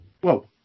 Whoa